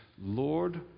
lord